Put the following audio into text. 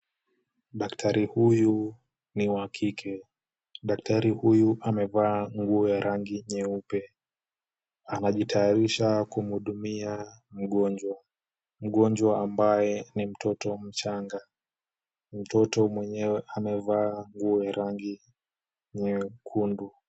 Daktari huyu ni wa kike. Daktari huyu amevaa nguo ya rangi nyeupe. Anajitayarisha kumhudumia mgonjwa, mgonjwa ambaye ni mtoto mchanga. Mtoto mwenyewe amevaa nguo ya rangi nyekundu.